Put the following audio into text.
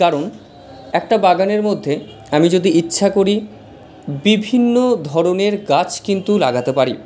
কারণ একটা বাগানের মধ্যে আমি যদি ইচ্ছা করি বিভিন্ন ধরণের গাছ কিন্তু লাগাতে পারি